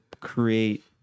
create